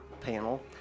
panel